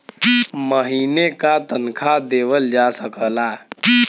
महीने का तनखा देवल जा सकला